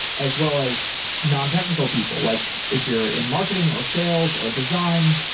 as well as non-technical people, like if you're in marketing or sales or design.